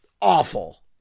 awful